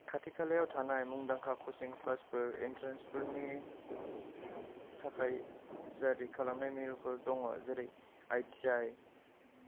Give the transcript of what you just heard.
खाथिखालायाव थानाय मुंदांखा कचिं क्लासफोर एन्ट्रेन्सफोरनि थाखाय थियारि खालामनाय मिरुफोर दङ जेरै आइ टि आइ